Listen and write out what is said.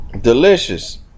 Delicious